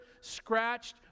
scratched